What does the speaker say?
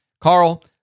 Carl